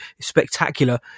spectacular